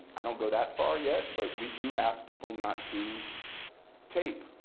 i don't go that far yet, but we do ask people not to tape.